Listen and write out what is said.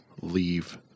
leave